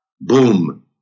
boom